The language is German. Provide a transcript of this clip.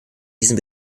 diesem